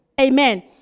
Amen